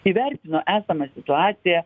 įvertino esamą situaciją